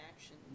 action